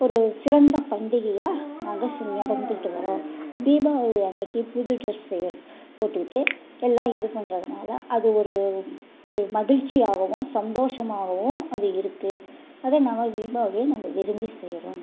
ஒரு சிறந்த பண்டிகையாக நாங்கள் ஷ் நடந்துக்கிட்டு வரோம் தீபாவளி அன்றைக்கி புது ட்ரெஸ்ஸு போட்டுக்கிட்டு எல்லாம் இது பண்ணுறதுனால அது ஒரு பெ மகிழ்ச்சியாகவும் சந்தோஷமாகவும் அது இருக்குது அதே நாங்கள் தீபாவளியை நாங்கள் விரும்பி செய்கிறோம்